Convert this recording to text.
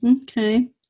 Okay